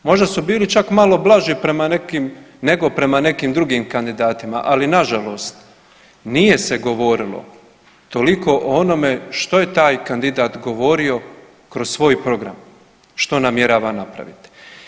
Možda su bili čak malo blaži prema nekim, nego prema nekim drugim kandidatima, ali nažalost nije se govorilo toliko o onome što je taj kandidat govorio kroz svoj program što namjerava napraviti.